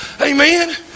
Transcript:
Amen